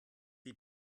die